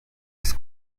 was